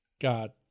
God